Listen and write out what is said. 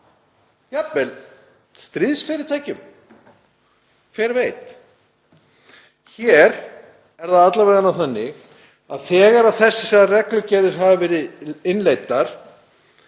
jafnvel stríðsfyrirtækjum — hver veit. Hér er það alla vega þannig að þegar þessar reglugerðir hafa verið innleiddar